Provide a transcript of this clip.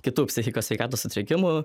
kitų psichikos sveikatos sutrikimų